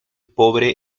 pobre